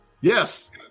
Yes